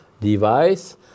device